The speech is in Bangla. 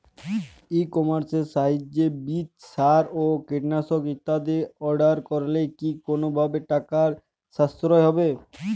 ই কমার্সের সাহায্যে বীজ সার ও কীটনাশক ইত্যাদি অর্ডার করলে কি কোনোভাবে টাকার সাশ্রয় হবে?